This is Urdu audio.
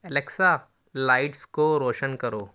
الیکسا لائٹس کو روشن کرو